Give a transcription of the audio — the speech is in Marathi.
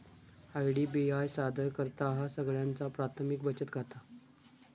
आय.डी.बी.आय सादर करतहा सगळ्यांचा प्राथमिक बचत खाता